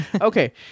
Okay